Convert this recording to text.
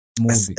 movie